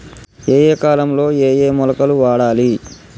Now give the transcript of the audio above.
ఏయే కాలంలో ఏయే మొలకలు వాడాలి?